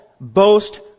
boast